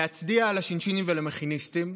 להצדיע לשינשינים ולמכיניסטים,